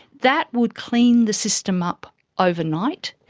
that would clean the system up overnight,